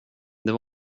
det